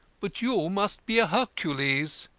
but you must be a hercules.